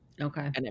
Okay